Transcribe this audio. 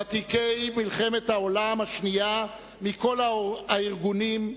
ותיקי מלחמת העולם השנייה מכל הארגונים,